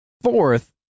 Fourth